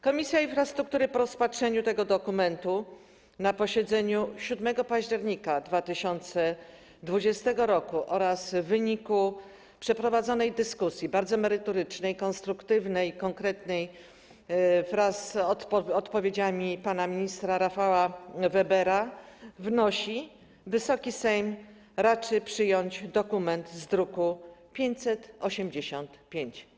Komisja Infrastruktury, po rozpatrzeniu tego dokumentu na posiedzeniu 7 października 2020 r. oraz w wyniku przeprowadzonej dyskusji, bardzo merytorycznej, konstruktywnej i konkretnej, wraz z odpowiedziami pana ministra Rafała Webera, wnosi, by Wysoki Sejm raczył przyjąć dokument z druku nr 585.